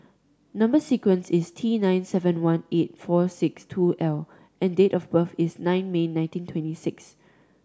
number sequence is T nine seven one eight four six two L and date of birth is nine May nineteen twenty six